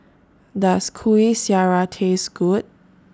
Does Kuih Syara Taste Good